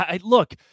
look